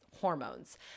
hormones